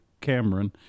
Cameron